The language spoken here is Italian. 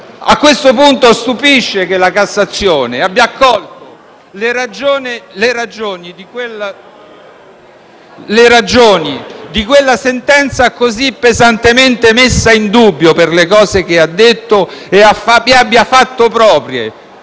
A questo punto stupisce che la Cassazione abbia accolto le ragioni di quella sentenza così pesantemente messa in dubbio per le cose dette ed abbia fatto proprie